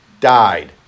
died